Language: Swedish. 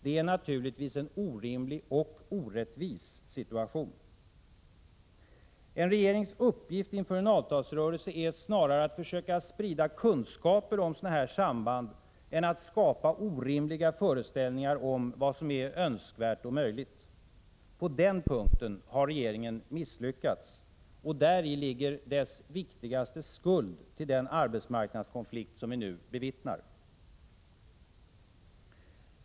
Det är naturligtvis en orimlig, och orättvis, situation. En regerings uppgift inför en avtalsrörelse är snarare att försöka sprida kunskaper om sådana här samband än att skapa orimliga föreställningar om vad som är önskvärt och möjligt. På den punkten har regeringen misslyckats. Däri ligger dess viktigaste skuld till den arbetsmarknadskonflikt som vi nu bevittnar.